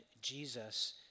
Jesus